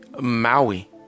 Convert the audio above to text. Maui